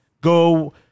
Go